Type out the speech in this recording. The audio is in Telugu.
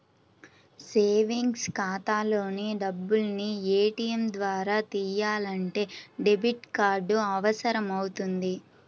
సేవింగ్స్ ఖాతాలోని డబ్బుల్ని ఏటీయం ద్వారా తియ్యాలంటే డెబిట్ కార్డు అవసరమవుతుంది